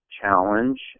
challenge